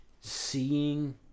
seeing